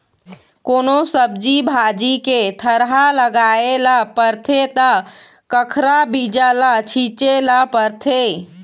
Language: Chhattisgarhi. कोनो सब्जी भाजी के थरहा लगाए ल परथे त कखरा बीजा ल छिचे ल परथे